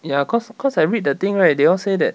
ya cause cause I read the thing right they all say that